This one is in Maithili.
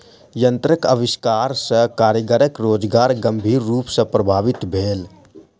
यंत्रक आविष्कार सॅ कारीगरक रोजगार गंभीर रूप सॅ प्रभावित भेल